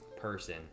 person